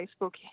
Facebook